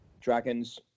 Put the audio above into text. Dragons